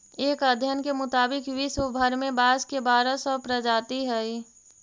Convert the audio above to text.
एक अध्ययन के मुताबिक विश्व भर में बाँस के बारह सौ प्रजाति हइ